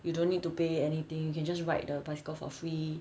you don't need to pay anything you can just ride the bicycle for free